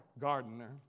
gardener